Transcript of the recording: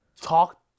talk